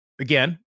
again